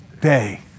day